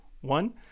One